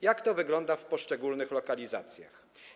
Jak to wygląda w poszczególnych lokalizacjach?